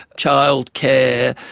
childcare,